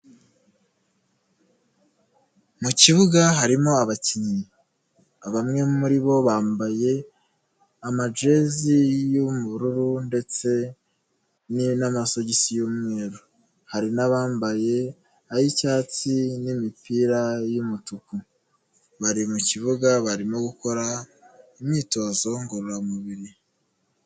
Mu kibuga harimo abakinnyi bamwe muri bo bambaye amajezi y'ubururu ndetse n'amasogisi y'umweru, hari n'abambaye ay'icyatsi n'imipira y'umutuku, bari mu kibuga barimo gukora imyitozo ngororamubiri.